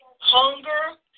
Hunger